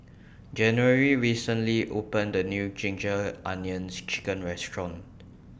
January recently opened The New Ginger Onions Chicken Restaurant